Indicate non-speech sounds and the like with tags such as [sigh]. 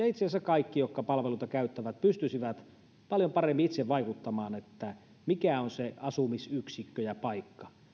[unintelligible] itse asiassa kaikki jotka palveluita käyttävät pystyisivät paljon paremmin itse vaikuttamaan siihen mikä on se asumisyksikkö ja paikka